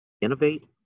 Innovate